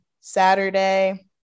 Saturday